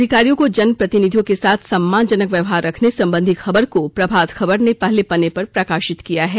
अधिकारियों को जनप्रतिनिधियों के साथ सम्मानजनक व्यवहार रखने संबंधी खबर को प्रभात खबर ने पहले पन्ने पर प्रकाशित किया है